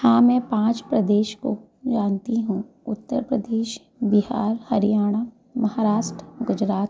हाँ मैं पाँच प्रदेश को जानती हूँ उत्तर प्रदेश बिहार हरियाणा महाराष्ट्र गुजरात